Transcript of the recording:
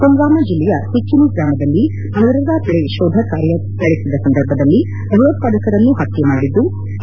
ಪುಲ್ವಾಮ ಜಿಲ್ಲೆಯ ತಿಕ್ಕಿನ ಗ್ರಾಮದಲ್ಲಿ ಭದ್ರತಾಪಡೆಗಳು ಕೋಧ ಕಾರ್ಯನಡೆಸಿದ ಸಂದರ್ಭದಲ್ಲಿ ಭಯೋತ್ಪಾದಕರನ್ನು ಪತ್ತೆ ಮಾಡಿದ್ಲು